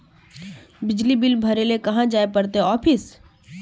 बिजली बिल भरे ले कहाँ जाय पड़ते ऑफिस?